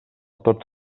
tots